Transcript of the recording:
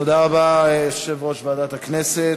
תודה רבה ליושב-ראש ועדת הכנסת.